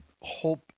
hope